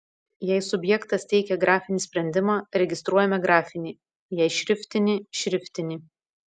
jei subjektas teikia grafinį sprendimą registruojame grafinį jei šriftinį šriftinį